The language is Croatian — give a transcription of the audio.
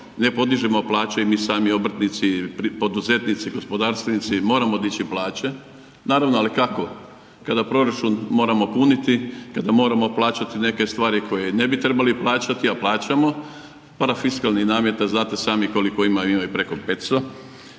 ne podižemo plaće i mi sami obrtnici poduzetnici, gospodarstvenici moramo dići plaće. Naravno, ali kako? Kada proračun moramo puniti, kada moramo plaćati neke stvari koje ne bi trebali plaćati, a plaćamo, parafiskalnih nameta znate sami koliko ih ima, ima ih preko 500,